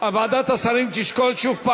ועדת השרים תשקול שוב,